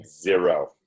Zero